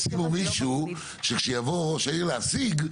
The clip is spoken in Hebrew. היא אומרת ישימו מישהו שכשיבוא ראש העיר להשיג,